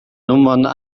nummer